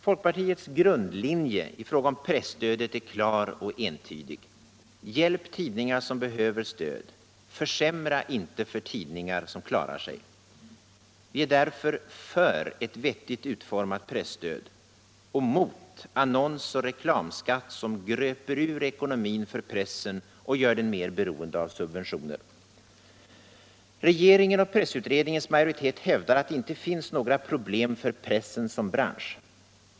Folkpartiets grundlinje i fråga om presstödet är klar och entydig: hjälp tidningar som behöver stöd, försämra inte för tidningar som klarar sig. Vi är därför för ett vettigt utformat presstöd, mot annonsoch reklamskatten som gröper ur ekonomin för pressen och gör den mer beroende av subventioner. Regeringen och pressutredningens majoritet hävdar att det inte finns några problem för pressen som bransch.